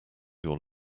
your